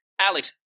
Alex